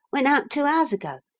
went out two hours ago.